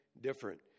different